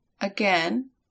Again